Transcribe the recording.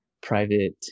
private